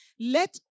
Let